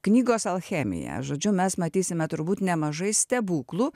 knygos alchemija žodžiu mes matysime turbūt nemažai stebuklų